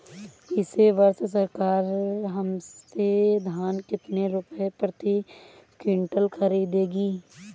इस वर्ष सरकार हमसे धान कितने रुपए प्रति क्विंटल खरीदेगी?